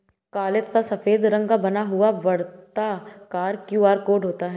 काले तथा सफेद रंग का बना हुआ वर्ताकार क्यू.आर कोड होता है